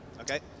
Okay